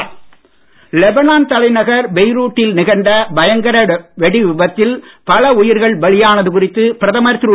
மோடி லெனான் லெபனான் தலைநகர் பெய்ரூட்டில் நிகழ்ந்த பயங்கர வெடிவிபத்தில் பல உயிர்கள் பலியானது குறித்து பிரதமர் திரு